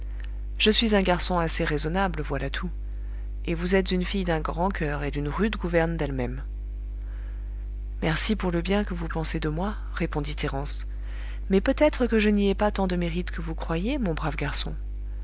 je suis un garçon assez raisonnable voilà tout et vous êtes une fille d'un grand coeur et d'une rude gouverne d'elle-même merci pour le bien que vous pensez de moi répondit thérence mais peut-être que je n'y ai pas tant de mérite que vous croyez mon brave garçon